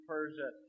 Persia